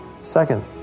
Second